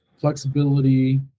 flexibility